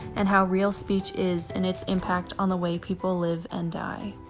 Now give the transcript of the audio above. and how real speech is in its impact on the way people live and die.